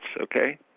okay